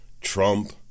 Trump